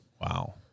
Wow